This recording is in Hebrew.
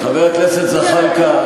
חבר הכנסת זחאלקה,